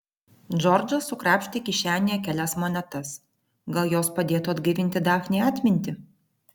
džordžas sukrapštė kišenėje kelias monetas gal jos padėtų atgaivinti dafnei atmintį